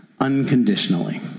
unconditionally